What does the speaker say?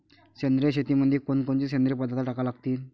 सेंद्रिय शेतीमंदी कोनकोनचे सेंद्रिय पदार्थ टाका लागतीन?